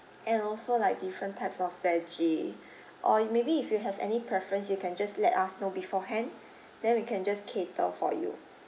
and also like different types of veggie or maybe if you have any preference you can just let us know beforehand then we can just cater for you